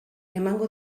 emango